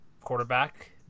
quarterback